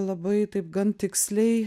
labai taip gan tiksliai